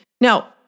Now